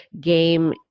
game